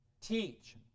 teach